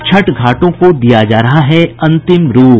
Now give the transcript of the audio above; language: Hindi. छठ घाटों को दिया जा रहा है अंतिम रूप